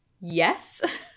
yes